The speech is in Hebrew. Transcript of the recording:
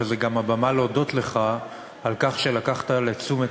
וזאת גם הבמה להודות לך על כך שלקחת לתשומת